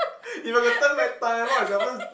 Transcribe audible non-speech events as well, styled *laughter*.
*laughs* if you got to turn back time what was your first